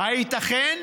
הינה שר התחבורה, הייתכן?